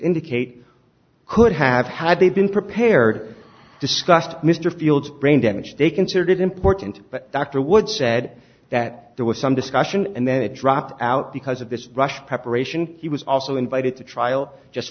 indicate could have had they been prepared discussed mr fields brain damage they considered it important but dr wood said that there was some discussion and then it dropped out because of this rush preparation he was also invited to trial just